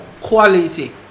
quality